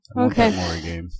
Okay